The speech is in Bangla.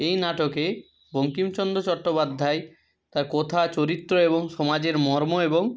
এই নাটকে বঙ্কিমচন্দ চট্টোপাধ্যায় তার কথা চরিত্র এবং সমাজের মর্ম এবং